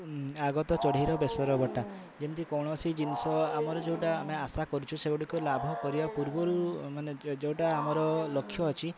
ଆଗତ ଚଢ଼େଇର ବେସର ବଟା ଯେମତି କୌଣସି ଜିନଷ ଆମର ଯେଉଁଟା ଆମେ ଆଶା କରୁଛୁ ସେଗୁଡ଼ିକ ଲାଭ କରିବା ପୂର୍ବରୁ ମାନେ ଯେଉଁଟା ଆମର ଲକ୍ଷ୍ୟ ଅଛି